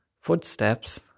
footsteps